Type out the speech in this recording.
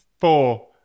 four